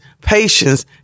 patience